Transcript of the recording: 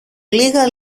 λίγα